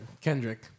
Kendrick